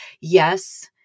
Yes